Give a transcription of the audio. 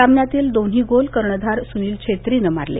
सामन्यातील दोन्ही गोल कर्णधार सुनील छेत्रीनं मारले